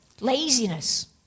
laziness